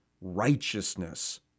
righteousness